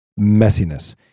messiness